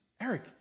Eric